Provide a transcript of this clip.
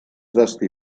destí